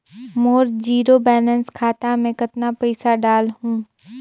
मोर zero balance खाता मे कतना पइसा डाल हूं?